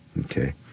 Okay